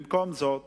במקום זאת